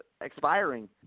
expiring